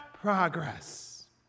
progress